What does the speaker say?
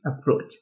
approach